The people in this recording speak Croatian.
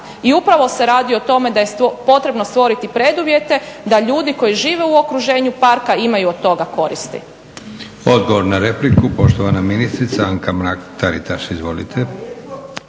I upravo se radi o tome da je potrebno stvoriti preduvjete da ljudi koji žive u okruženju parka imaju od toga koristi.